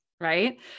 right